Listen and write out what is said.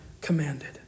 commanded